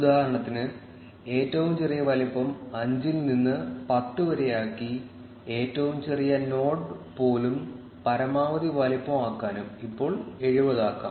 ഉദാഹരണത്തിന് ഏറ്റവും ചെറിയ വലുപ്പം 5 നിന്ന് 10 വരെയാക്കി ഏറ്റവും ചെറിയ നോഡ് പോലും പരമാവധി വലുപ്പം ആക്കാനും ഇപ്പോൾ 70 ആക്കാം